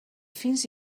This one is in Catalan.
fins